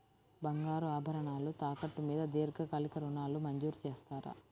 బంగారు ఆభరణాలు తాకట్టు మీద దీర్ఘకాలిక ఋణాలు మంజూరు చేస్తారా?